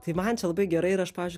tai man čia labai gera ir aš pavyzdžiui